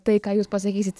tai ką jūs pasakysit